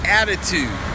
attitude